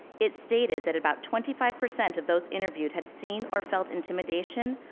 it's stated that about twenty five percent of those interviewed had seen or felt intimidation,